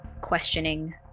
questioning